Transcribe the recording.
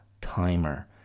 timer